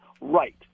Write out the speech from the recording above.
right